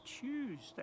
Tuesday